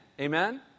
Amen